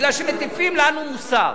כי מטיפים לנו מוסר.